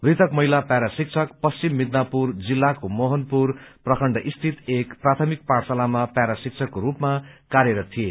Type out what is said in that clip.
मृतक महिला प्यारा शिक्षक पश्चिम मिदनापुर जिल्लाको मोहनपुर प्रखण्ड स्थित एक प्राथमिक पाठशालामा प्यारा शिक्षकको रूपमा कार्यरत थिए